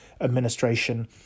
administration